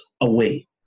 away